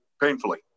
painfully